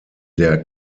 der